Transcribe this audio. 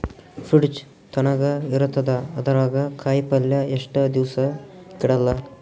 Fridge ತಣಗ ಇರತದ, ಅದರಾಗ ಕಾಯಿಪಲ್ಯ ಎಷ್ಟ ದಿವ್ಸ ಕೆಡಲ್ಲ?